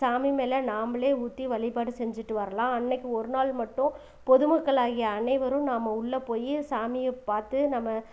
சாமி மேலே நாம்ளே ஊற்றி வழிபாடு செஞ்சுட்டு வரலாம் அன்னைக்கி ஒரு நாள் மட்டும் பொதுமக்கள் ஆகிய அனைவரும் நாம் உள்ளே போய் சாமியை பார்த்து நம்ம